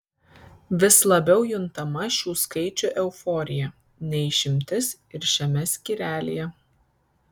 vis labiau juntama šių skaičių euforija ne išimtis ir šiame skyrelyje